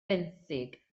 benthyg